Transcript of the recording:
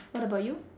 what about you